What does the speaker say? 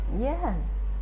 Yes